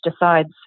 decides